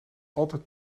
altijd